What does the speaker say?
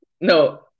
No